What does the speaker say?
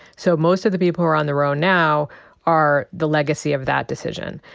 so most of the people who are on the row now are the legacy of that decision.